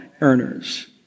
earners